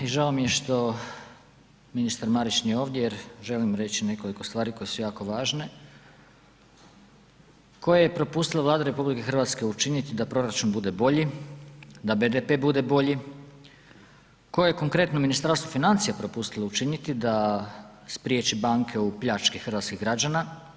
I žao mi je što ministar Marić nije ovdje jer želim reći nekoliko stvari koje su jako važne koje je propustila Vlada RH učiniti da proračun bude bolji, da BDP bude bolji, koje je konkretno Ministarstvo financija propustilo učiniti da spriječi banke u pljački hrvatskih građana.